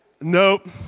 nope